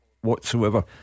Whatsoever